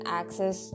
access